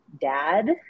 dad